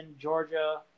georgia